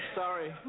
Sorry